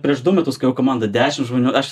prieš du metus kai jau komanda dešim žmonių aš